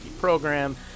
program